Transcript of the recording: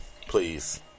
Please